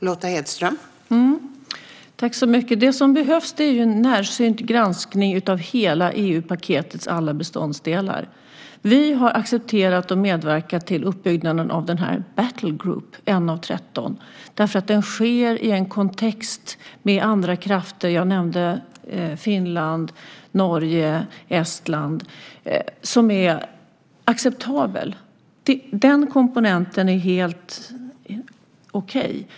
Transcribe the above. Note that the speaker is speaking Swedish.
Fru talman! Det som behövs är en närsynt granskning av hela EU-paketets alla beståndsdelar. Vi har accepterat och medverkat till uppbyggnaden av Battle Group, 1 av 13, därför att den sker i en kontext med andra krafter. Jag nämnde Finland, Norge och Estland. Den är acceptabel. Den komponenten är helt okej.